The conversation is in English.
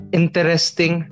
interesting